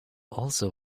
also